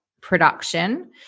production